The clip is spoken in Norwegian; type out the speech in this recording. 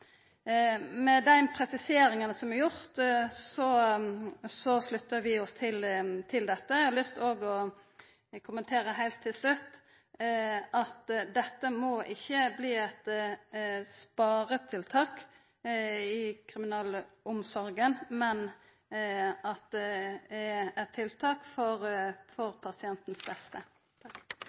Med dei presiseringane som er gjorde, sluttar vi oss til dette. Eg har òg, heilt til slutt, lyst til å seia at dette ikkje må verta eit sparetiltak i kriminalomsorga, men at det skal vera eit tiltak til beste for